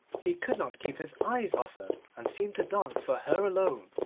he could not keep his eyes off her, and seemed to dance for her alone,